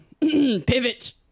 pivot